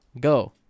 go